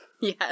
Yes